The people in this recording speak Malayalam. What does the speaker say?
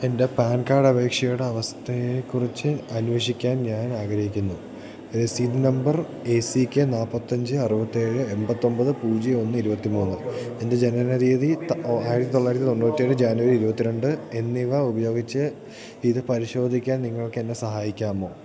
എൻ്റെ പാൻ കാർഡ് അപേക്ഷയുടെ അവസ്ഥയെക്കുറിച്ച് അന്വേഷിക്കാൻ ഞാൻ ആഗ്രഹിക്കുന്നു രസീത് നമ്പർ എ സി കെ നാല്പത്തഞ്ച് അറുപത്തേഴ് എമ്പത്തൊമ്പത് പൂജ്യം ഒന്ന് ഇരുപത്തി മൂന്ന് എൻ്റെ ജനനത്തീയതി ആയിരത്തി തൊള്ളായിരത്തി തൊണ്ണൂറ്റേഴ് ജാനുവരി ഇരുപത്തി രണ്ട് എന്നിവ ഉപയോഗിച്ച് ഇത് പരിശോധിക്കാൻ നിങ്ങൾക്കെന്നെ സഹായിക്കാമോ